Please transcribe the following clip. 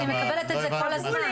אני מקבלת את זה כל הזמן.